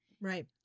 Right